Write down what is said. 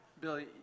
Billy